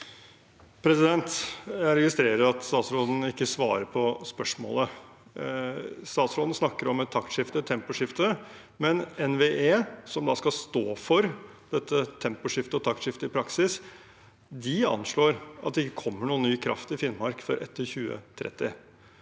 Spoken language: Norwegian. Jeg registrerer at statsråden ikke svarer på spørsmålet. Statsråden snakker om et taktskifte, et temposkifte, men NVE, som skal stå for dette temposkiftet og taktskiftet i praksis, anslår at det ikke kommer noen ny kraft i Finnmark før etter 2030.